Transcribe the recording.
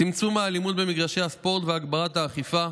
צמצום האלימות במגרשי הספורט והגברת האכיפה,